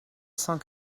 cent